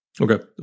okay